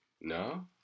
No